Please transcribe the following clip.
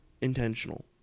intentional